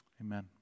Amen